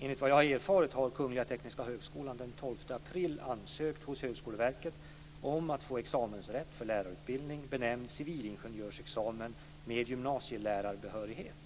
Enligt vad jag har erfarit har Kungl. Tekniska högskolan den 12 april ansökt hos Högskoleverket om att få examensrätt för lärarutbildning benämnd civilingenjörsexamen med gymnasielärarbehörighet.